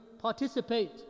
participate